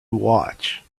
watch